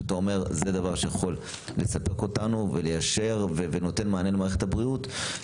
שאתה אומר זה דבר שיכול לספק אותנו וליישר ונותן מענה למערכת הבריאות.